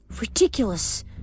Ridiculous